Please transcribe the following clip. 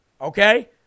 Okay